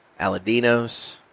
Aladinos